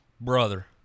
Brother